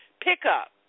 pickup